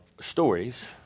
stories